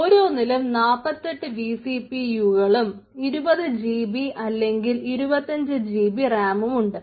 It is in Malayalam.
ഓരോന്നിലും 48 വി സി പി യു കളും 20 ജിബി അല്ലെങ്കിൽ 25 ജിബി റാമുണ്ട്